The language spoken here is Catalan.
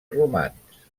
romans